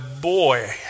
boy